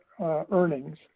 earnings